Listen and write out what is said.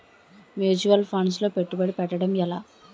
Mutual funds లో పెట్టుబడి పెట్టడం ఎలా?